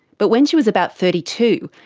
but when she was about thirty two,